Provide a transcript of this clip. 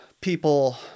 people